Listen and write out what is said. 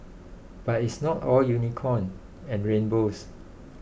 but it's not all unicorn and rainbows